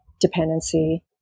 dependency